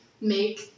make